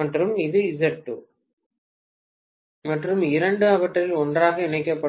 மற்றும் இது Z2 மற்றும் இரண்டும் அவற்றில் ஒன்றாக இணைக்கப்பட்டுள்ளன